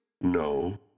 No